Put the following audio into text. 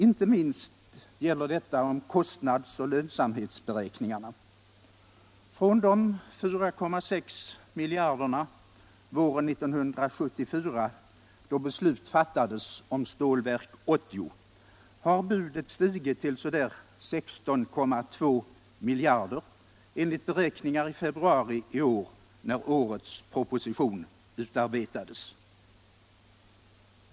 Inte minst gäller detta kostnadsoch lönsamhetsberäkningarna. Från de 4,6 miljarderna våren 1974, då beslut fattades om Stålverk 80, har budet stigit till sisådär 16,2 miljarder, enligt beräkningarna i februari i år då årets proposition utarbetades.